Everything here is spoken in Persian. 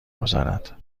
گذارد